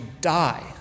die